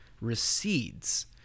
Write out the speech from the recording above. Recedes